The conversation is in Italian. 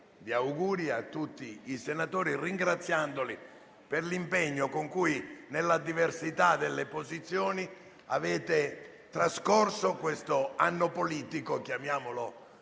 miei auguri a tutti i senatori, ringraziandoli per l'impegno con cui, nella diversità delle posizioni, hanno trascorso questo anno politico. Come